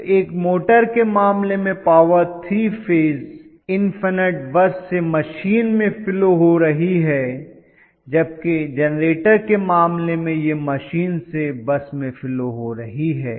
तो एक मोटर के मामले में पावर 3 फेज इन्फनट बस से मशीन में फ्लो हो रही है जबकि जनरेटर के मामले में यह मशीन से बस में फ्लो हो रही है